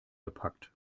gepackt